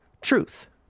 truth